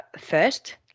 First